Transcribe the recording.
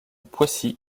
poissy